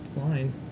line